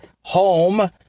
home